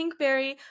Pinkberry